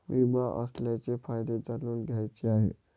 विमा असण्याचे फायदे जाणून घ्यायचे आहे